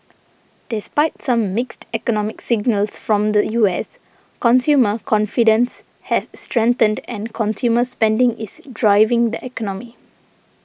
despite some mixed economic signals from the U S consumer confidence has strengthened and consumer spending is driving the economy